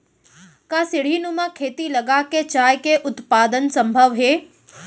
का सीढ़ीनुमा खेती लगा के चाय के उत्पादन सम्भव हे?